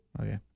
Okay